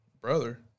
Brother